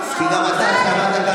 למה אתה לא רוצה?